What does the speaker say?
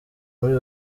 muri